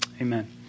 amen